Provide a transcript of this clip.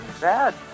bad